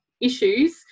issues